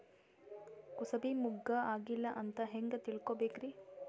ಕೂಸಬಿ ಮುಗ್ಗ ಆಗಿಲ್ಲಾ ಅಂತ ಹೆಂಗ್ ತಿಳಕೋಬೇಕ್ರಿ?